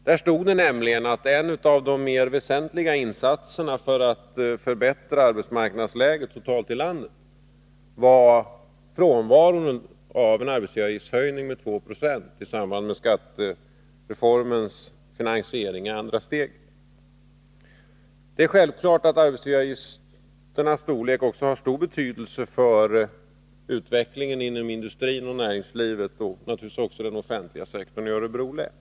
Där stod det nämligen att en av de mer väsentliga insatserna för att förbättra arbetsmarknadsläget totalt i landet var slopandet av en arbetsgivaravgiftshöjning med 2 Jo i samband med finansieringen av skattereformens andra steg. Det är självklart att arbetsgivaravgifternas storlek också har avsevärd betydelse för utvecklingen inom industrin och näringslivet över huvud taget, liksom för den offentliga sektorn i Örebro län.